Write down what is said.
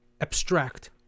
abstract